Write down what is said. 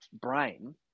brain